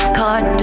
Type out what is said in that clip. card